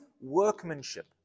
workmanship